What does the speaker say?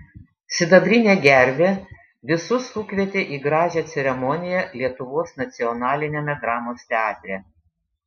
sidabrinė gervė visus sukvietė į gražią ceremoniją lietuvos nacionaliniame dramos teatre